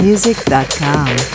Music.com